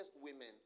women